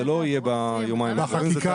זה לא יהיה ביומיים הקרובים.